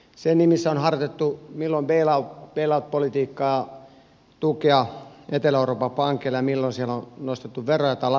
sen nimissä on harjoitettu milloin bail out politiikkaa tukea etelä euroopan pankeille ja milloin siellä on nostettu veroja tai laskettu veroja